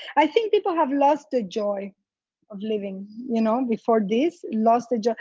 i think people have lost the joy of living. you know before this, lost the joy.